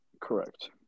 Correct